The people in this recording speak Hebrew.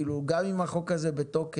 זאת אומרת, גם אם החוק הזה בתוקף